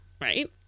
right